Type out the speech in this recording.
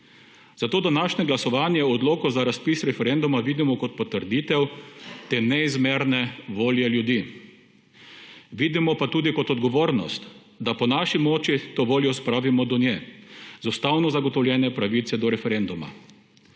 zato današnje glasovanje o odloku za razpis referenduma vidimo kot potrditev te neizmerne volje ljudi. Vidimo pa tudi kot odgovornost, da po naši moči to voljo spravimo do nje z ustavno zagotovljeno pravico do referenduma,